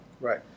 right